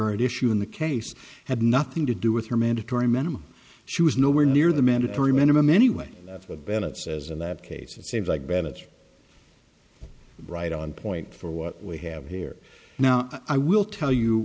at issue in the case had nothing to do with her mandatory minimum she was nowhere near the mandatory minimum anyway that bennett says in that case it seems like bennett's right on point for what we have here now i will tell you